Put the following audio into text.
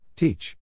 Teach